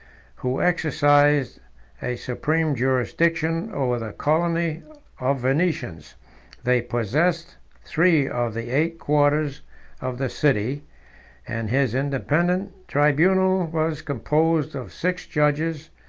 who exercised a supreme jurisdiction over the colony of venetians they possessed three of the eight quarters of the city and his independent tribunal was composed of six judges,